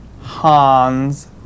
Hans